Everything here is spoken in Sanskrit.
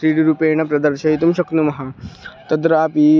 त्री डी रूपेण प्रदर्शयितुं शक्नुमः तत्रापि